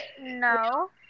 No